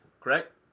correct